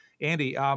Andy